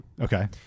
Okay